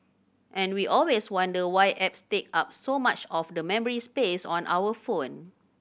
and we always wonder why apps take up so much of the memory space on our phone